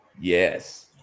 Yes